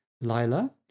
Lila